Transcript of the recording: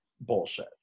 bullshit